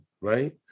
right